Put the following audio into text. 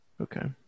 Okay